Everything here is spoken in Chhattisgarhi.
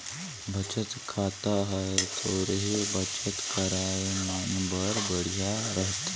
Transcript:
बचत खाता हर थोरहें बचत करइया मन बर बड़िहा रथे